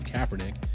Kaepernick